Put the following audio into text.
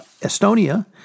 Estonia